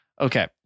Okay